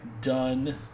Done